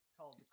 called